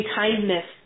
kindness